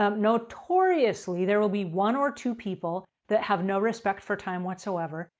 um notoriously there will be one or two people that have no respect for time whatsoever.